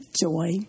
joy